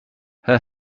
her